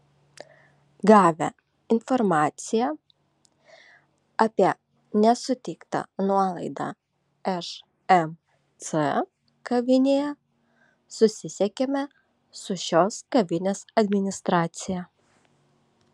gavę informaciją apie nesuteiktą nuolaidą šmc kavinėje susisiekėme su šios kavinės administracija